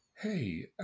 hey